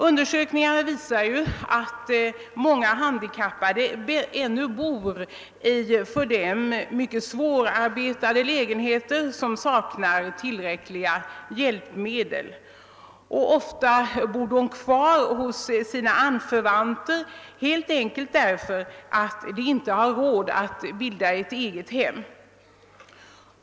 Undersökningarna visar att många handikappade ännu bor i för dem mycket svårarbetade lägenheter, som saknar tillräckliga hjälpmedel. Ofta bor de kvar hos sina anförvanter, helt enkelt därför att de inte har råd att bilda ett eget hem.